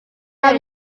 haba